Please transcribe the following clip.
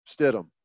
Stidham